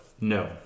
No